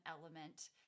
element